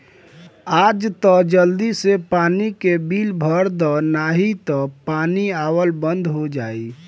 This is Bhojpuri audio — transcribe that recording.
आज तअ जल्दी से पानी के बिल भर दअ नाही तअ पानी आवल बंद हो जाई